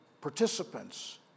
participants